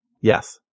Yes